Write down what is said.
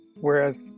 whereas